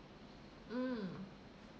mm